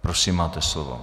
Prosím, máte slovo.